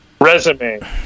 resume